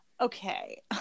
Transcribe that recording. okay